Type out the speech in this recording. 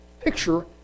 picture